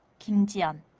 kim ji-yeon,